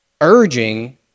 urging